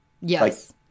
Yes